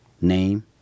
Name